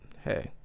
hey